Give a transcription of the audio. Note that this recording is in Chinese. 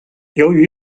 由于